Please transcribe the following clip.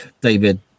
David